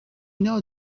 knew